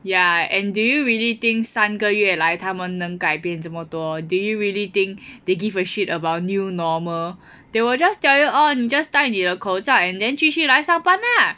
ya and do you really think 三个月来他们能改变这么多 do you really think they give a shit about new normal they will just tell you oh just 带你的口罩 and then 继续来上班 lah